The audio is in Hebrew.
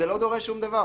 זה לא דורש שום דבר.